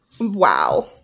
Wow